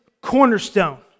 cornerstone